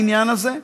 העניין הזה,